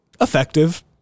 effective